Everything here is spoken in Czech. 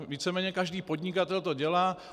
Víceméně každý podnikatel to dělá.